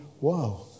wow